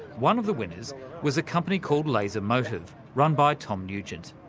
one of the winners was a company called lasermotive, run by tom nugent.